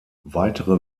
weitere